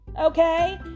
okay